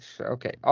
Okay